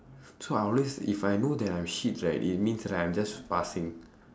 so I'll always if I know that I'm shit right it means right I'm just passing